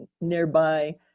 nearby